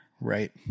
Right